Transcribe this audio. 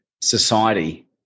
society